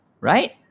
right